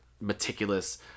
meticulous